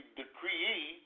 decree